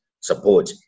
support